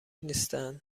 نیستن